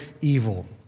evil